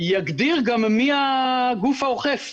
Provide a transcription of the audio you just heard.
יגדיר גם מי הגוף האוכף,